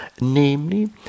namely